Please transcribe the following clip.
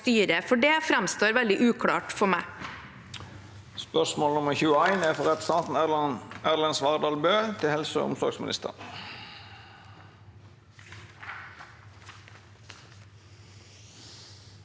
Det framstår veldig uklart for meg.